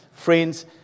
Friends